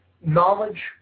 knowledge